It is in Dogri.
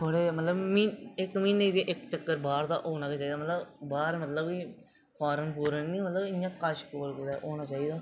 पर मतलब मी इक म्हीनै दा इक चक्कर बाह्र दा होना गै चाहिदा मतलब बाह्र होंदा कि फार्न फूर्न निं मतलब इ'यां कश कोल कुतै होना चाहिदा